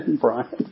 Brian